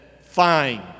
fine